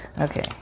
Okay